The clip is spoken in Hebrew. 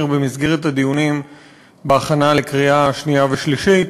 במסגרת הדיונים בהכנה לקריאה שנייה ושלישית.